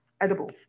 edible